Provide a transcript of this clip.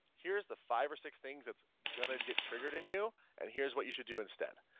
here's the five or six things that's going to get triggered in you and here's what you should do instead.